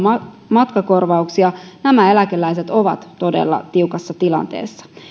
matkakorvauksia nämä eläkeläiset ovat todella tiukassa tilanteessa